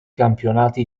campionati